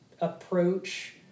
approach